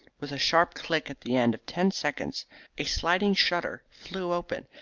with a sharp click at the end of ten seconds a sliding shutter flew open,